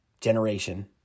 generation